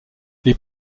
les